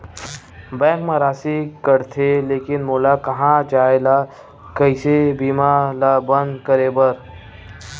Bank मा राशि कटथे लेकिन मोला कहां जाय ला कइसे बीमा ला बंद करे बार?